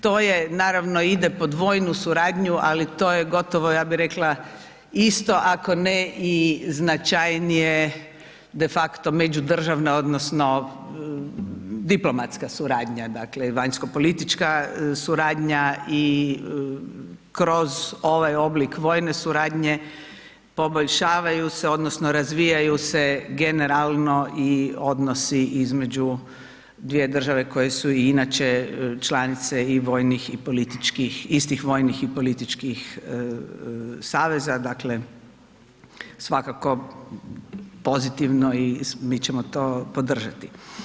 To je, naravno, ide pod vojnu suradnju, ali to je gotovo, ja bih rekla isto, ako ne i značajnije de facto međudržavne odnosno diplomatska suradnja, dakle vanjskopolitička suradnja i kroz ovaj oblik vojne suradnje poboljšavaju se odnosno razvijaju se generalno odnosi između dvije države koje su i inače članice i vojnih i političkih, istih vojnih i političkih saveza, dakle, svakako pozitivno i mi ćemo to podržati.